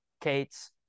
Kates